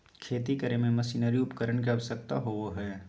खेती करे में मशीनरी उपकरण के आवश्यकता होबो हइ